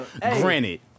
Granted